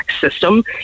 system